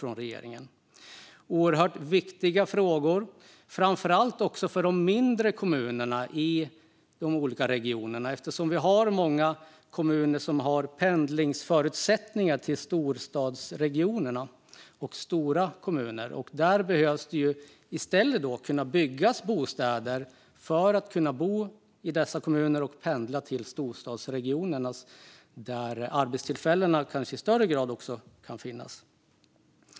Det är oerhört viktiga frågor, framför allt också för de mindre kommunerna i de olika regionerna. Eftersom många kommuner har pendlingsförutsättningar till storstadsregionerna och till stora kommuner behöver det kunna byggas bostäder så att man ska kunna bo i dessa kommuner och pendla till storstadsregionerna, där det i högre grad kan finnas arbetstillfällen.